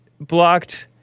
blocked